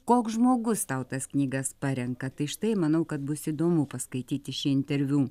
koks žmogus tau tas knygas parenka tai štai manau kad bus įdomu paskaityti šį interviu